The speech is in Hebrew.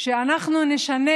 שאנחנו נשנה